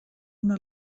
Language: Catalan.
una